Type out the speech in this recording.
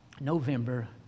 november